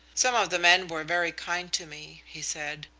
some of the men were very kind to me, he said.